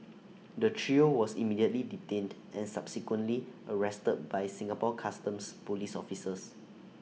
the trio was immediately detained and subsequently arrested by Singapore Customs Police officers